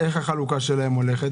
איך החלוקה שלהם הולכת?